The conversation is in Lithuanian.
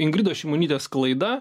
ingridos šimonytės klaida